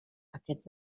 aquests